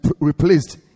replaced